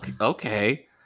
Okay